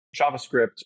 JavaScript